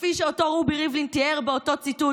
שאלה נוספת לחבר הכנסת מאיר כהן, בבקשה.